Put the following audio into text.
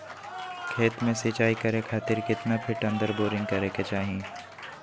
खेत में सिंचाई करे खातिर कितना फिट अंदर बोरिंग करे के चाही?